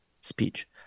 speech